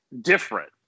different